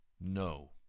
no